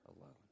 alone